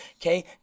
Okay